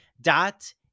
dot